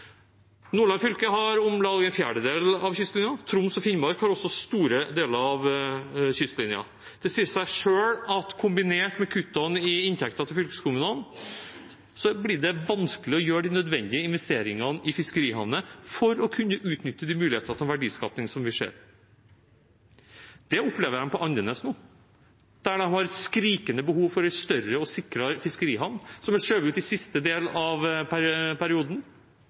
Nordland fylke har om lag en fjerdedel av kystlinjen. Troms og Finnmark har også store deler av kystlinjen. Det sier seg selv at kombinert med kuttene i inntektene til fylkeskommunene blir det vanskelig å gjøre de nødvendige investeringene i fiskerihavner for å kunne utnytte de mulighetene for verdiskaping som vi ser. Det opplever de på Andenes nå, der de har et skrikende behov for en større og sikrere fiskerihavn, som er skjøvet ut i siste del av perioden.